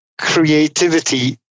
creativity